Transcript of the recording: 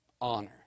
honor